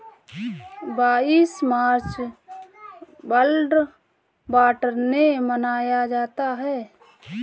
बाईस मार्च को world water day मनाया जाता है